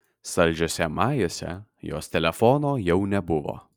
saldžiuose majuose jos telefono jau nebuvo